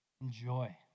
Enjoy